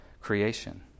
creation